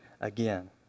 again